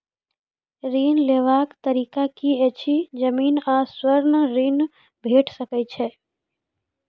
ऋण लेवाक तरीका की ऐछि? जमीन आ स्वर्ण ऋण भेट सकै ये?